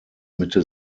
mitte